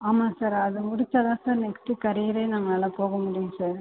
ஆமாம் சார் அது முடிச்சால் தான் சார் நெக்ஸ்ட்டு கெரியரே நம்மளால் போக முடியும் சார்